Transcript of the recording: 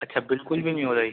اچھا بالکل بھی نہیں ہو رہی